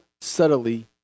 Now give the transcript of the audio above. subtly